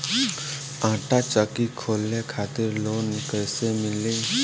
आटा चक्की खोले खातिर लोन कैसे मिली?